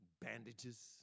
Bandages